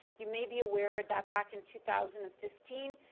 you may be aware that back in two thousand and fifteen,